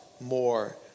more